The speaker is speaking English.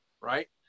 right